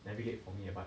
navigate for me but